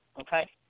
okay